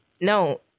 no